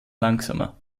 langsamer